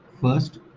first